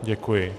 Děkuji...